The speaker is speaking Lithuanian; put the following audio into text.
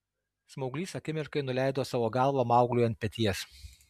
smauglys akimirkai nuleido savo galvą maugliui ant peties